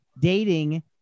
dating